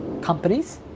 companies